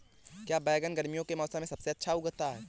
क्या बैगन गर्मियों के मौसम में सबसे अच्छा उगता है?